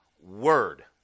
word